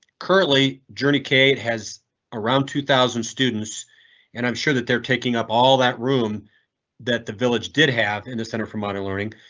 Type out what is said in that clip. currently journey kate has around two thousand students and i'm sure that they're taking up all that room that the village did have in the centre mountain ah and learning.